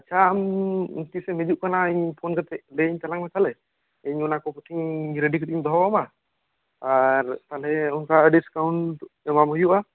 ᱟᱪᱪᱷᱟ ᱟᱢ ᱛᱤᱥᱮᱢ ᱦᱤᱡᱩᱜ ᱠᱟᱱᱟ ᱤᱧ ᱯᱷᱳᱱ ᱠᱟᱛᱮᱫ ᱞᱟᱹᱭᱟᱹᱧ ᱛᱟᱞᱟᱝ ᱢᱮ ᱛᱟᱦᱚᱞᱮ ᱤᱧ ᱚᱱᱟ ᱠᱚ ᱠᱟᱹᱴᱤᱡ ᱨᱮᱰᱤ ᱠᱟᱛᱮᱤᱧ ᱫᱚᱦᱚ ᱟᱢᱟ ᱟᱨ ᱛᱟᱦᱚᱞᱮ ᱰᱤᱥᱠᱟᱩᱱᱴ ᱮᱢᱟᱢ ᱦᱩᱭᱩᱜᱼᱟ